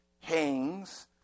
hangs